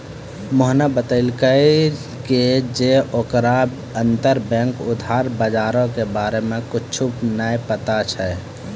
मोहने बतैलकै जे ओकरा अंतरबैंक उधार बजारो के बारे मे कुछु नै पता छै